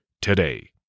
today